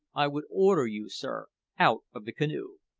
i would order you, sir, out of the canoe!